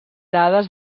dades